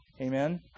Amen